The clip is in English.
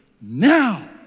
now